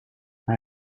hij